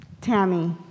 Tammy